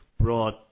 brought